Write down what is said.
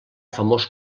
famós